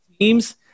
teams